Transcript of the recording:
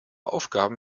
aufgaben